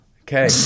okay